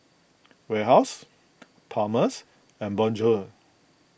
Warehouse Palmer's and Bonjour